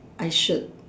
I should